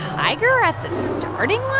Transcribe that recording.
tiger at the starting